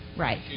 Right